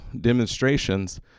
demonstrations